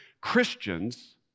Christians